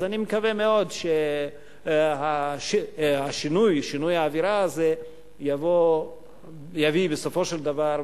אני מקווה מאוד ששינוי האווירה הזה יביא בסופו של דבר,